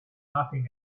nothing